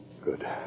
Good